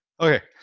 Okay